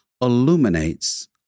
illuminates